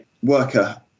Worker